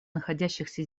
находящихся